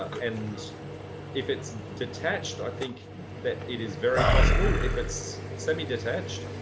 and if it's detached, i think that it is very possible if it's semi detached.